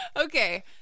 Okay